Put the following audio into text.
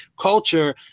culture